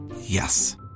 Yes